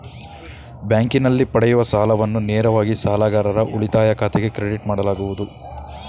ಬ್ಯಾಂಕಿನಲ್ಲಿ ಪಡೆಯುವ ಸಾಲವನ್ನು ನೇರವಾಗಿ ಸಾಲಗಾರರ ಉಳಿತಾಯ ಖಾತೆಗೆ ಕ್ರೆಡಿಟ್ ಮಾಡಲಾಗುವುದು